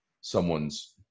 someone's